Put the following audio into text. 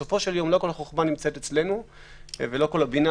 לא כל החוכמה נמצאת אצלנו ולא כל הבינה,